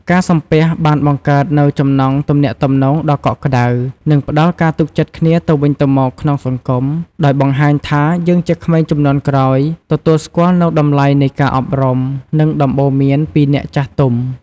ការសំពះបានបង្កើតនូវចំណងទំនាក់ទំនងដ៏កក់ក្ដៅ និងផ្ដល់ការទុកចិត្តគ្នាទៅវិញទៅមកក្នុងសង្គម ដោយបង្ហាញថា យើងជាក្មេងជំនាន់ក្រោយ ទទួលស្គាល់នូវតម្លៃនៃការអប់រំ និងដំបូន្មានពីអ្នកចាស់ទុំ។